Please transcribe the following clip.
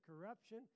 corruption